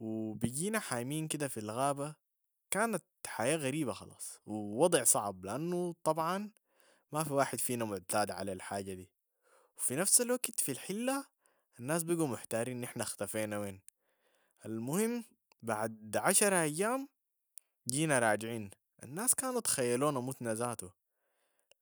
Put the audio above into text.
و بقينا حايمين كده في الغابة، كانت حياة غريبة خلاص و وضع صعب لانو طبعاً ما في واحد فينا معتاد على الحاجة دي و في نفس الوقت في الحلة الناس بيقوا محتارين نحن اختفينا وين، المهم بعد عشر أيام جينا راجعين الناس كانوا اتخيلونا متنا ذاتو،